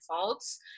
faults